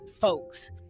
folks